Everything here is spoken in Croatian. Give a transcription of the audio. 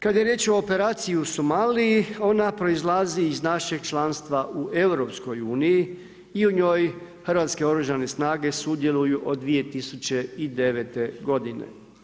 Kada je riječ o operaciji u Somaliji, ona proizlazi iz našeg članstva u EU i u njoj Hrvatske oružane snage sudjeluju od 2009. godine.